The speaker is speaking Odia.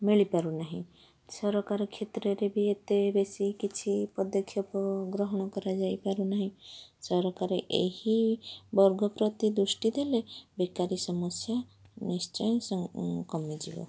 ମିଳିପାରୁନାହିଁ ସରକାର କ୍ଷେତ୍ରରେ ବି ଏତେ ବେଶୀ କିଛି ପଦକ୍ଷେପ ଗ୍ରହଣ କରାଯାଇପାରୁନାହିଁ ସରକାର ଏହି ବର୍ଗ ପ୍ରତି ଦୃଷ୍ଟି ଦେଲେ ବେକାରି ସମସ୍ୟା ନିଶ୍ଚୟ କମିଯିବ